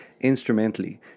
instrumentally